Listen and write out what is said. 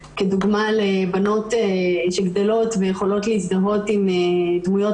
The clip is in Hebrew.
כדוגמה לבנות שגדלות ויכולות להזדהות עם דמויות